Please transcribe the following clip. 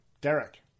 Derek